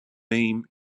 name